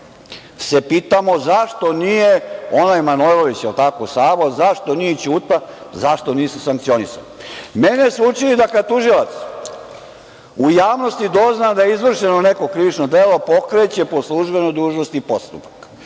se pitamo zašto nije onaj Manojlović Savo, da li je tako, Ćute, zašto nisu sankcionisani? Mene su učili da kada tužilac u javnosti dozna da je izvršeno neko krivično delo pokreće po službenoj dužnosti postupak.